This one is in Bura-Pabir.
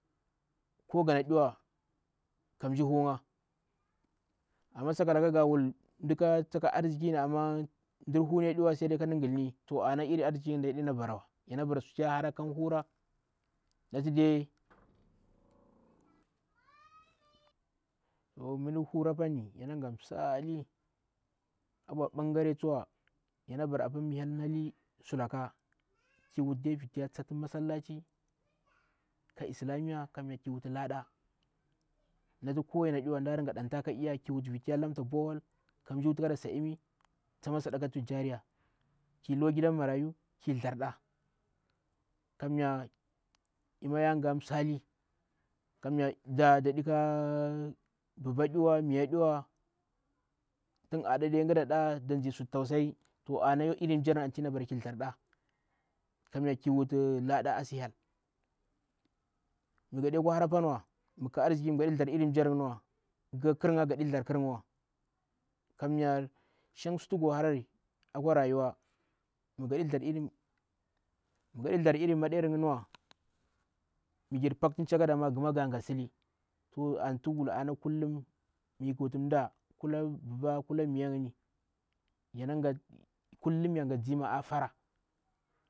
Ko ganaɗiwa kan mmsjii huunga. Amma sakalaka ga wuti mda ka arziki mmsji deta huuni wa anna sail kada ghilni iri aziki lnda yadena barawa. Sutu yahara kan hura natide aa mda hura papani yanagha msali. A bwa mbal gera tsuwa mi hyel khi horetali kiwul de viti ya tsati masallaci islamiyya kammaya ki wuti laada. Nati ko yama de wa msjni a wuti kada diw ga nɗanra ki wuti viti ya lamta borehole kandu wufi lmi tsama sadakatul jariya. Kilo gidan marayu ki thdgar nɗa, kamuya ima yagha msali daa dadea kaa bba ɗiwa miya diwa, a aɗa de gji zanɗa da ndzi suttausayi to ana iri mmigiji yernghni anti yana bara ki thzdyar ɗaa kamuya ki wuti laɗa assi hyel mi gha dekwa hara apanwa mi gha ka arziki gaɗi thzidjar iri mma yar nginiwa to ghu ka khirnga gaɗi thzdir khir nga wa. kamya shanga sufi go hara oa rayuwa migha thzdjr iri maɗayar ngniwa, mighir pacticha kadama ghuma gha sili. To ana gawulti kullum mikwu wuta mda ƙula bba kula miya kullun mi yanga dima afara.